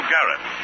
Garrett